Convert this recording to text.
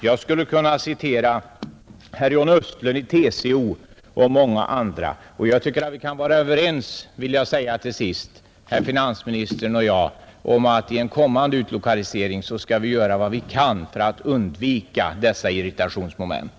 Jag skulle kunna citera John Östlund i TCO och många andra, Jag tycker vi kan vara överens om, vill jag säga till sist, herr finansministern och jag, att i en kommande utlokalisering skall vi göra vad vi kan för att undvika dessa irritationsmoment.